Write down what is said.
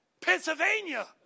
Pennsylvania